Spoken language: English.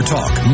Talk